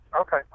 Okay